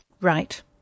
Right